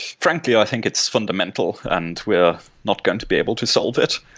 frankly, i think it's fundamental and we're not going to be able to solve it.